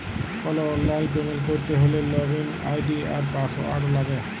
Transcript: call অললাইল payment ক্যরতে হ্যলে লগইল আই.ডি আর পাসঅয়াড় লাগে